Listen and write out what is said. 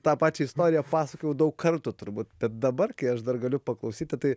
tą pačią istoriją pasakojau daug kartų turbūt bet dabar kai aš dar galiu paklausyti tai